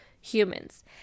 humans